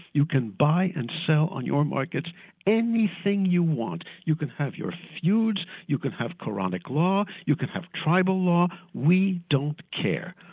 you can buy and sell on your markets anything you want. you can have your feuds, you can have koranic law, you can have tribal law, we don't care.